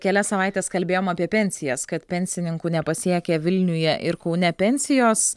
kelias savaites kalbėjom apie pensijas kad pensininkų nepasiekia vilniuje ir kaune pensijos